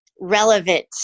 relevant